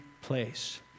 place